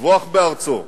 לטבוח בארצו,